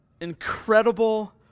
incredible